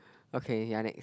okay ya next